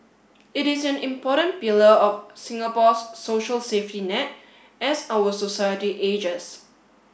it is an important pillar of Singapore's social safety net as our society ages